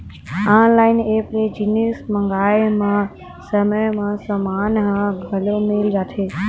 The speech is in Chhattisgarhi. ऑनलाइन ऐप ले जिनिस मंगाए म समे म समान ह घलो मिल जाथे